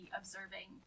observing